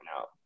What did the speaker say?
out